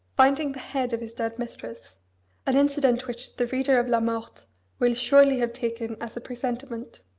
finding the head of his dead mistress an incident which the reader of la morte will surely have taken as a presentiment?